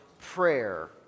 prayer